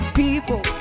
people